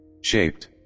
shaped